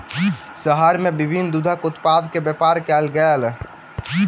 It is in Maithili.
शहर में विभिन्न दूधक उत्पाद के व्यापार कयल गेल